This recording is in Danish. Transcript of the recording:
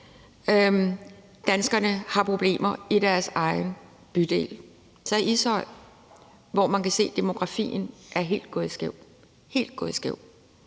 danskerne har problemer i deres egen bydel. Tag Ishøj, hvor man kan se, at demografien er gået helt skævt